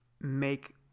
make